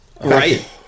right